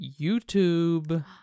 YouTube